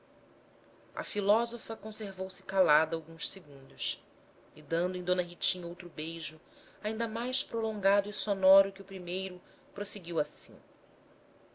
a filósofa conservou-se calada alguns segundos e dando em d ritinha outro beijo ainda mais prolongado e sonoro que o primeiro prosseguiu assim